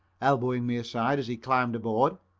elbowing me aside as he climbed aboard.